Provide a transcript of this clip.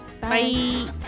Bye